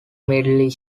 middle